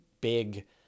big